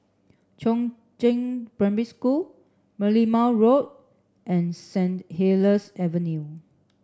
Chongzheng Primary School Merlimau Road and Saint Helier's Avenue